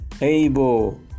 able